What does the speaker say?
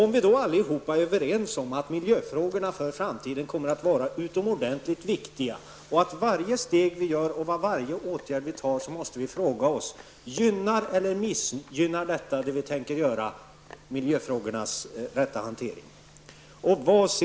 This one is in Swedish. Om vi allihopa är överens om att miljöfrågorna inför framtiden kommer att vara utomordentligt viktiga, måste vi för varje steg vi tar och varje åtgärd vi gör fråga oss: Gynnar eller missgynnar det som vi tänker göra miljöfrågornas rätta hantering?